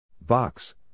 Box